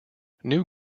new